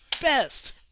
best